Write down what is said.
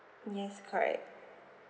yes correct